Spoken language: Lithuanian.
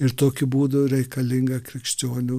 ir tokiu būdu reikalinga krikščionių